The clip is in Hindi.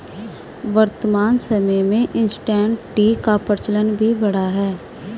वर्तमान समय में इंसटैंट टी का प्रचलन भी बढ़ा है